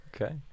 Okay